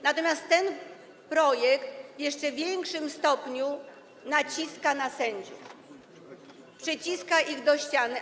Natomiast ten projekt w jeszcze większym stopniu naciska na sędziów, przyciska ich do ściany.